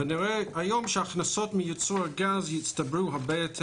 ונראה היום שההכנסות מייצור הגז הצטברו באופן